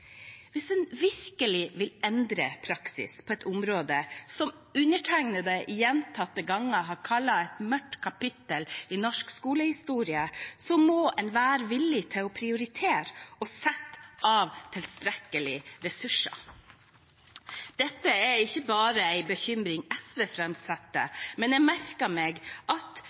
Hvis en virkelig vil endre praksis på et område som undertegnede gjentatte ganger har kalt et mørkt kapittel i norsk skolehistorie, må en være villig til å prioritere og sette av tilstrekkelige ressurser. Dette er ikke bare en bekymring SV framsetter, jeg merket meg at